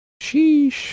sheesh